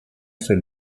seul